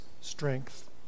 strength